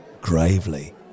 Gravely